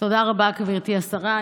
תודה רבה, גברתי השרה.